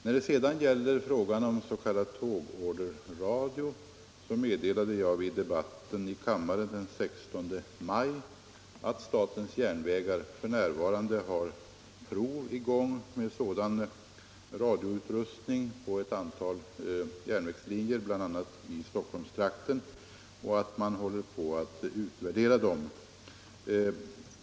När det sedan gäller frågan om tågorderradio meddelade jag vid debatten i kammaren den 16 maj att statens järnvägar f. n. har prov i gång med sådan radioutrustning på ett antal järnvägslinjer, bl.a. i Stockholmstrakten, och att man håller på att utvärdera dem.